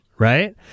Right